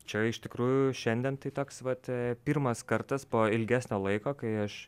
čia iš tikrųjų šiandien tai toks vat pirmas kartas po ilgesnio laiko kai aš